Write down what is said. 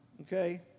okay